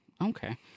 Okay